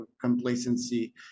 complacency